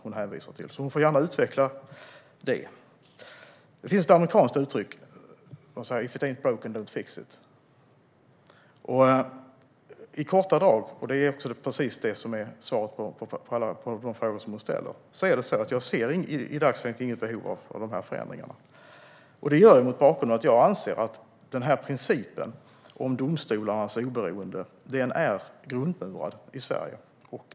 Hon får gärna utveckla detta. Det finns ett amerikanskt uttryck som lyder: If it ain't broke, don't fix it. I korta drag - detta är också svaret på de frågor som Maria Abrahamsson ställer - är det så att jag i dagsläget inte ser något behov av de här förändringarna. Bakgrunden är att jag anser att principen om domstolarnas oberoende är grundmurad i Sverige.